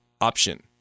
option